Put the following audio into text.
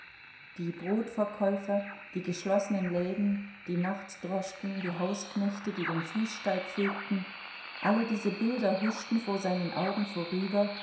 die brotverkäufer die geschlossenen läden die nachtdroschken die hausknechte die den fußsteig fegten alle diese bilder huschten vor seinen augen vorüber